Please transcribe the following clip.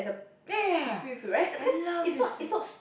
ya ya ya I love this